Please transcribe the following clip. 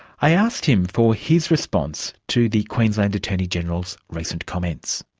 i asked him for his response to the queensland attorney general's recent comments.